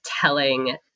telling